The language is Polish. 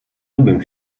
lubią